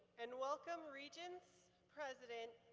and welcome regents, president,